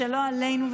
לא עלינו,